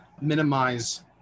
minimize